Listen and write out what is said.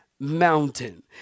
mountain